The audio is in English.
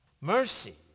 Mercy